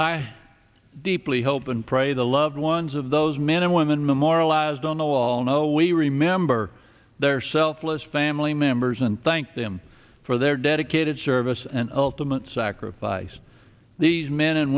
i deeply hope and pray the loved ones of those men and women memorialized on the wall know we remember their selfless family members and thank them for their dedicated service and ultimate sacrifice these men and